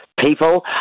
people